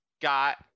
got